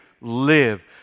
live